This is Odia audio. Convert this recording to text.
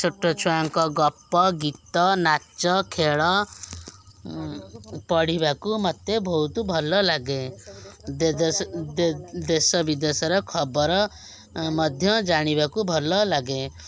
ଛୋଟ ଛୁଆଙ୍କ ଗପ ଗୀତ ନାଚ ଖେଳ ପଢ଼ିବାକୁ ମତେ ବହୁତ ଭଲ ଲାଗେ ଦେଶ ଦେ ଦେଶ ବିଦେଶର ଖବର ମଧ୍ୟ ଜାଣିବାକୁ ଭଲ ଲାଗେ